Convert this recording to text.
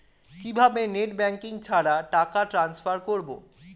কিভাবে net banking ছাড়া টাকা টান্সফার করব?